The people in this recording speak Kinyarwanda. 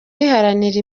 riharanira